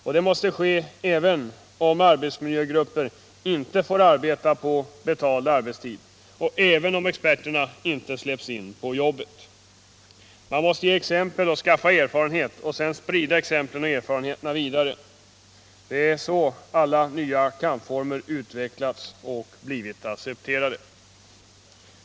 Och det måste ske även om arbetsmiljögrupper inte får arbeta på betald arbetstid och även om experterna inte släpps in på jobbet. Man måste ge exempel och skaffa erfarenhet och sedan sprida exemplen och erfarenheterna vidare. Det är så alla nya kampformer utvecklats och blivit accepterade.